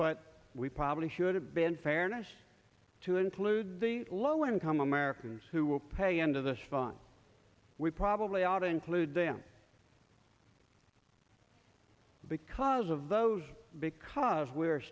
but we probably should have been fairness to include the low income americans who will pay into this fun we probably ought to include them because of those because we're